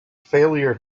failure